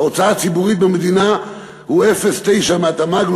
ההוצאה הציבורית במדינה היא 0.9% מהתמ"ג,